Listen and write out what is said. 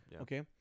Okay